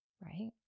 Right